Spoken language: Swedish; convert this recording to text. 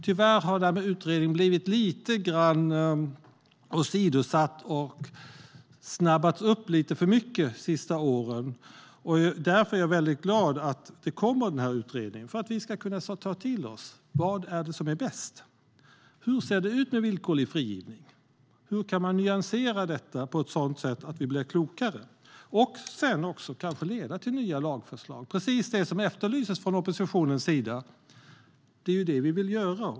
Tyvärr har det här med utredningar blivit lite åsidosatt och snabbats upp lite för mycket på senare år, och därför är jag glad att denna utredning kommer. Då kan vi ta till oss vad som är bäst. Hur ser det ut med villkorlig frigivning? Hur kan man nyansera detta på ett sådant sätt att vi blir klokare? Detta kan leda till nya lagförslag, vilket är precis det som oppositionen efterlyser. Det är ju det vi vill göra.